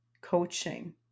coaching